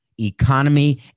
economy